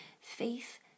Faith